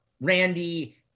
Randy